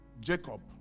Jacob